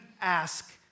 ask